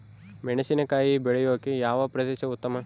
ಮೆಣಸಿನಕಾಯಿ ಬೆಳೆಯೊಕೆ ಯಾವ ಪ್ರದೇಶ ಉತ್ತಮ?